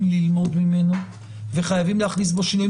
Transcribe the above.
ללמוד ממנו וחייבים להכניס בו שינויים.